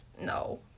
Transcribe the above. No